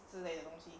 之类的东西